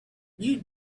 you